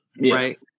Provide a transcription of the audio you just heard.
right